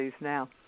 now